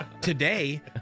Today